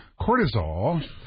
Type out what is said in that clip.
cortisol